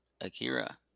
Akira